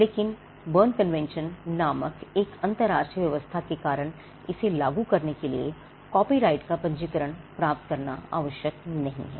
लेकिन Berne convention नामक एक अंतर्राष्ट्रीय व्यवस्था के कारण इसे लागू करने के लिए कॉपीराइट का पंजीकरण प्राप्त करना आवश्यक नहीं है